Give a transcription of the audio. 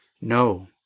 No